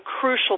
crucial